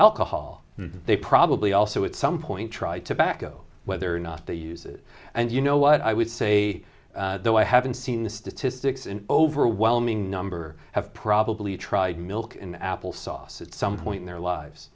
alcohol they probably also at some point tried to back oh whether or not they use it and you know what i would say though i haven't seen the statistics an overwhelming number have probably tried milk and applesauce at some point in their lives